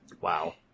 Wow